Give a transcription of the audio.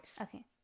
okay